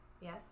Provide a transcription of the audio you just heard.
yes